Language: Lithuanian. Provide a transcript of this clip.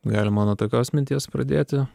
galima nuo tokios minties pradėti